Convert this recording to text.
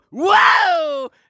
whoa